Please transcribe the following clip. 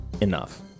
enough